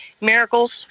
miracles